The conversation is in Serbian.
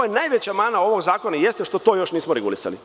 Najveća mana ovog zakona jeste što to nismo regulisali.